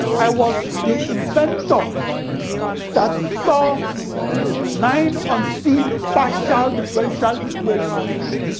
i was the inventor that saw nine unseen partial differential equation